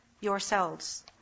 yourselves